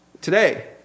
today